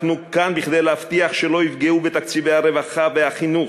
אנחנו כאן כדי להבטיח שלא יפגעו בתקציבי הרווחה והחינוך,